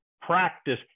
practice